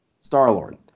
Star-Lord